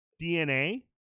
DNA